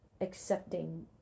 accepting